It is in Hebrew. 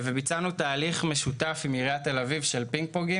ביצענו תהליך משותף עם עיריית תל אביב של פינג-פונג,